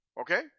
Okay